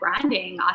branding